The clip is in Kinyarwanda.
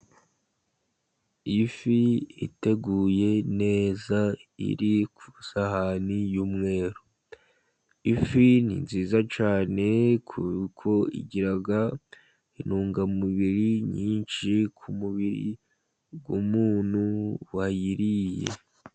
Ifi iteguye neza iri ku isahani y'umweru, ifi ni nziza cyane kuko igira intungamubiri nyinshi ku mubiri w'umuntu wayiriye.